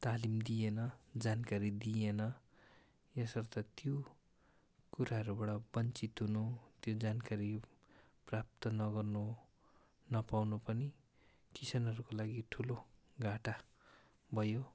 तालिम दिइएन जानकारी दिइएन यसर्थ त्यो कुराहरूबाट वञ्चित हुनु त्यो जानकारी प्राप्त नगर्नु नपाउनु पनि किसानहरूको लागि ठुलो घाटा भयो